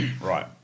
Right